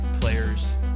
player's